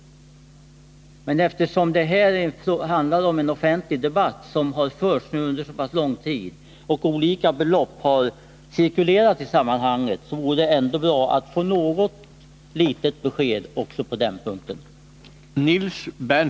Men eftersom det här handlar om en offentlig debatt, som har förts under så pass lång tid och olika uppgifter om beloppet har cirkulerat, vore det ändå bra att få något litet besked också på den punkten.